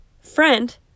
friend